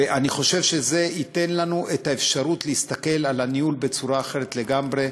ואני חושב שזה ייתן לנו את האפשרות להסתכל על הניהול בצורה אחרת לגמרי,